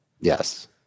Yes